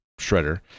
shredder